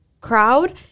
crowd